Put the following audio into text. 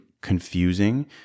confusing